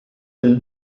del